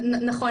נכון.